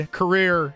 career